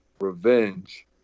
revenge